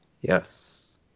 yes